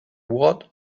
what